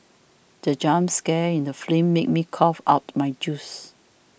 the jump scare in the film made me cough out my juice